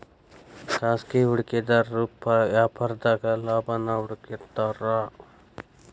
ಖಾಸಗಿ ಹೂಡಿಕೆದಾರು ವ್ಯಾಪಾರದಾಗ ಲಾಭಾನ ಹುಡುಕ್ತಿರ್ತಾರ